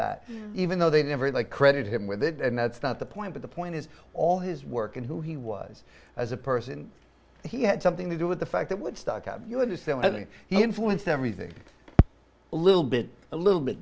that even though they never they credit him with it and that's not the point but the point is all his work and who he was as a person he had something to do with the fact that woodstock you understand i think he influenced everything a little bit a little bit